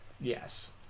Yes